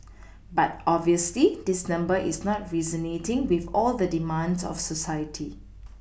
but obviously this number is not resonating with all the demands of society